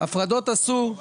הפרדות עשו במלחמות.